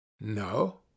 no